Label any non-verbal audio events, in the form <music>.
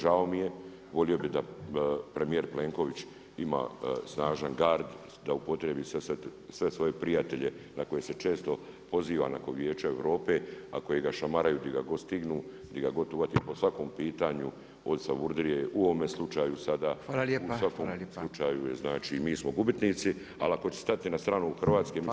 Žao mi je, volio bi da premijer Plenković ima snažan gard, da upotrijebi sve svoje prijatelje na koje se često poziva nakon Vijeća Europe, a koji ga šamaraju gdje ga god stignu, di ga god uhvati po svakom pitanju, od Savudrije u ovome slučaju sada, u svakom slučaju je mi smo gubitnici, ali ako će stati na stranu Hrvatske… <unintelligible> Hvala.